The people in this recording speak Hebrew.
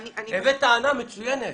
הבאת טענה מצוינת,